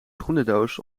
schoenendoos